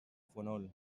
fonoll